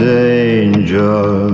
danger